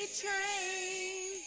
train